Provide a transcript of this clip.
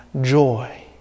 joy